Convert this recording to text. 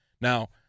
Now